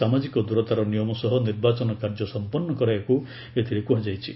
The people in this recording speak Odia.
ସାମାଜିକ ଦୂରତାର ନିୟମ ସହ ନିର୍ବାଚନ କାର୍ଯ୍ୟ ସମ୍ପନ୍ନ କରାଇବାକୁ ଏଥିରେ କୁହାଯାଇଛି